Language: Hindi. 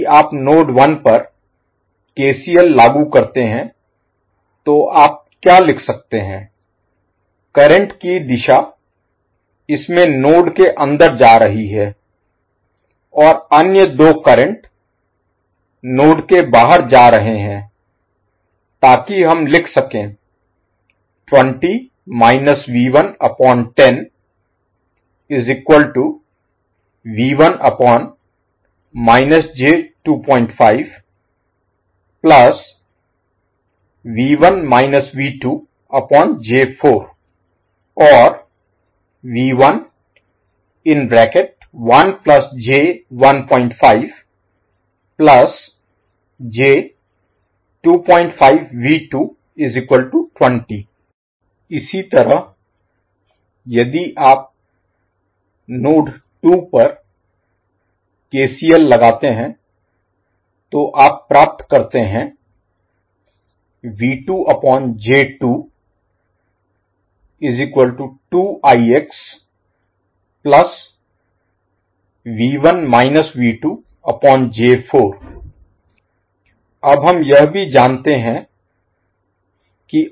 यदि आप नोड 1 पर केसीएल लागू करते हैं तो आप क्या लिख सकते हैं करंट की दिशा इसमें नोड के अंदर जा रही है और अन्य दो करंट नोड के बाहर जा रहे हैं ताकि हम लिख सकें or इसी तरह यदि आप नोड 2 पर केसीएल लगाते हैं तो आप प्राप्त करते हैं अब हम यह भी जानते हैं कि